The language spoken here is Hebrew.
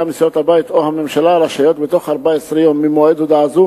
יום ממועד הודעה זו,